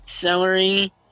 celery